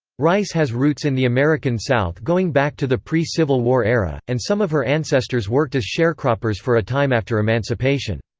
rice has roots in the american south going back to the pre-civil war era, and some of her ancestors worked as sharecroppers for a time after emancipation.